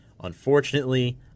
Unfortunately